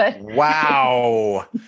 Wow